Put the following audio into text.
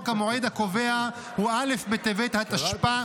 המועד הקובע הוא א' בטבת התשפ"א,